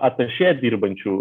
atašė dirbančių